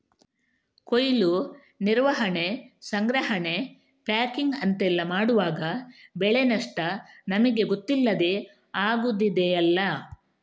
ಕೊಯ್ಲು, ನಿರ್ವಹಣೆ, ಸಂಗ್ರಹಣೆ, ಪ್ಯಾಕಿಂಗ್ ಅಂತೆಲ್ಲ ಮಾಡುವಾಗ ಬೆಳೆ ನಷ್ಟ ನಮಿಗೆ ಗೊತ್ತಿಲ್ಲದೇ ಆಗುದಿದೆಯಲ್ಲ